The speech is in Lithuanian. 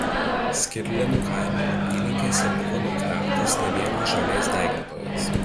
skirlėnų kaimo apylinkėse buvo nutvertas ne vienas žolės degintojas